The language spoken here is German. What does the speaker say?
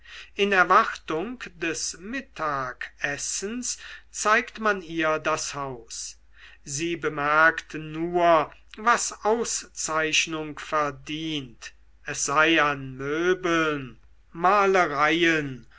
in erwartung des mittagessens zeigt man ihr das haus sie bemerkt nur was auszeichnung verdient es sei an möbeln malereien